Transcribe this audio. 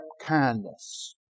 kindness